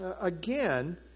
again